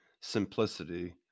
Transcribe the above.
simplicity